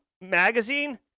Magazine